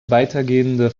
weitergehende